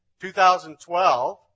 2012